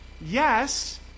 Yes